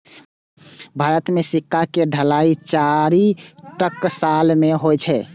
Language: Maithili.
भारत मे सिक्का के ढलाइ चारि टकसाल मे होइ छै